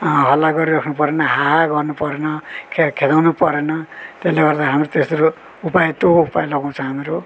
हल्ला गरिराख्नु परेन हाहा गर्नु पर्न खे खेदाउन परेन त्यसले गर्दा हाम्रो त्यस्तो उपाय त्यो उपाय लगाउँछौँ हामीहरू